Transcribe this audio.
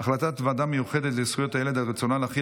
החלטת הוועדה המיוחדת לזכויות הילד על רצונה להחיל